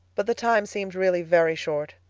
but the time seemed really very short.